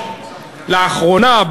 לאחרונה,